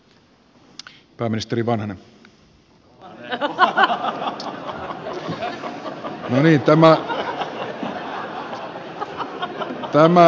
no niin tämä ei taida olla puhemiehen paras päivä